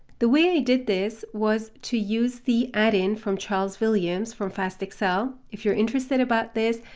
the way i did this was to use the add-in from charles williams from fast excel, if you're interested about this,